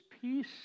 peace